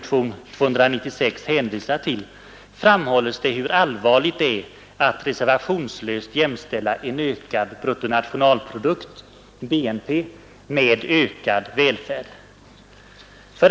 till, framhålles hur allvarligt det är att reservationslöst jämställa en ökad bruttonationalprodukt — BNP — med ökad välfärd.